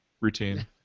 routine